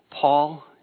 Paul